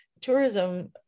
tourism